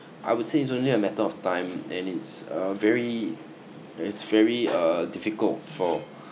I would say it's only a matter of time and it's a very it's very uh difficult for